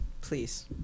Please